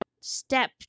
step